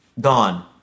gone